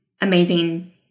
amazing